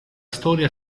storia